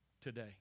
today